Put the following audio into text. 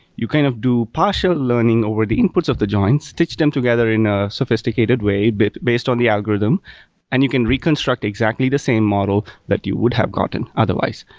you kind of do partial learning over the inputs of the joins, stitch them together in a sophisticated way but based on the algorithm and you can reconstruct exactly the same model that you would have gotten otherwise.